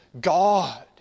God